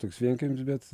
toks vienkiemis bet